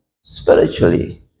spiritually